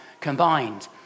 combined